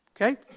Okay